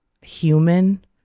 human